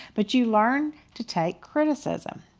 but you learn to take criticism.